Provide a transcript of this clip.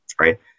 right